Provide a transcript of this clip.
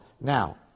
Now